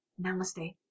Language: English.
Namaste